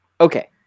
Okay